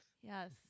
Yes